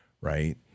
right